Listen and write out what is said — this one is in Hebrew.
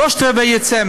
שלושה רבעים יצאו